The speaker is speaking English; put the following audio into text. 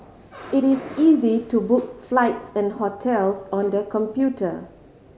it is easy to book flights and hotels on the computer